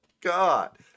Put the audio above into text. God